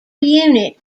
unit